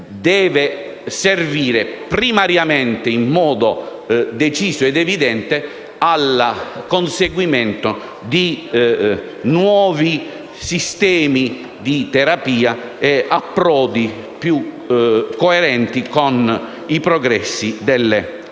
deve servire primariamente, in modo deciso ed evidente, al conseguimento di nuovi sistemi di terapia che concordino con i progressi delle scienze